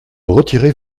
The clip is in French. retirer